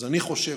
אז אני חושב,